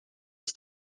his